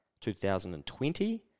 2020